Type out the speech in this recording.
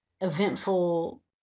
eventful